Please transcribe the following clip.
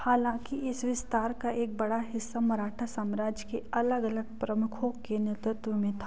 हालाँकि इस विस्तार का एक बड़ा हिस्सा मराठा साम्राज्य के अलग अलग प्रमुखों के नेतृत्व में था